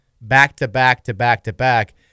back-to-back-to-back-to-back